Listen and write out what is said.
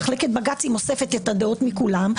מחלקת בג"צים אוספת את הדעות מכולם,